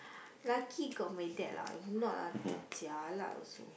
lucky got my dad lah if not ah jialat also